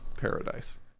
paradise